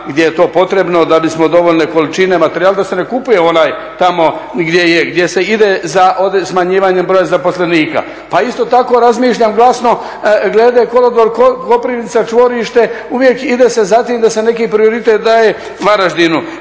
gdje je to potrebno da bismo dovoljne količine materijala, da se ne kupuje onaj tamo gdje se ide za smanjivanje broja zaposlenika. Pa isto tako razmišljam glasno glede kolodvor Koprivnica čvorište uvijek ide se za tim da se neki prioritet daje Varaždinu,